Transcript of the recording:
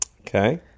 Okay